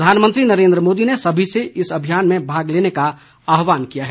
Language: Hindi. प्रधानमंत्री नरेन्द्र मोदी ने सभी से इस अभियान में भाग लेने का आह्वान किया है